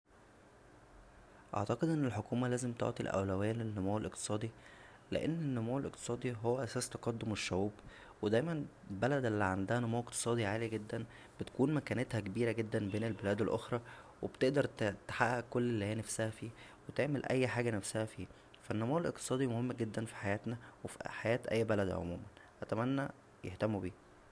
اعتقد ان الحكومه لازم تعطى الاولويه للنمو الاقتصادى لان النمو الاقتصادى هو اساس تقدم الشعوب و دايما البلد اللى عندها نمو اقتصادى عالى جدا بتكون مكانتها كبيره جدا بين البلاد الاخرى و بتقدر تحقق كل اللى هى نفسها فيه و تعمل اى حاجه نفسها فيه فا النمو الاقتصادى مهم جدا فى حياتنا و فى حياة اى بلد عموما اتمنى يهتمو بيه